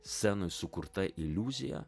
scenoj sukurta iliuzija